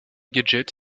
gadgets